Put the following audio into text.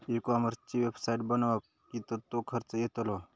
E कॉमर्सची website बनवक किततो खर्च येतलो?